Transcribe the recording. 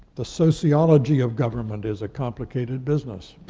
the sociology of government is a complicated business.